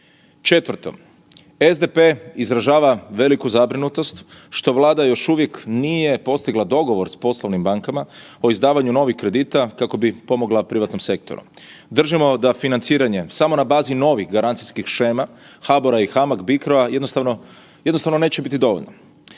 Četvrto, SDP izražava veliku zabrinutost što Vlada još uvijek nije postigla dogovor s poslovnim bankama o izdavanju novih kredita kako bi pomogla privatnom sektoru. Držimo da financiranje samo na bazi novih garancijskih shema HABOR-a i HAMAG BICRO-a jednostavno, jednostavno neće biti dovoljno.